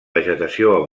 vegetació